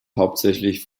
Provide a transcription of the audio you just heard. hauptsächlich